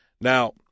Now